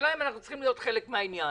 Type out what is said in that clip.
השאלה אם אנחנו צריכים להיות חלק מן העניין